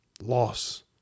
Loss